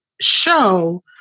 show